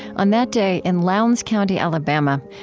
on that day, in lowndes county, alabama,